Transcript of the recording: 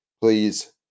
please